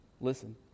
Listen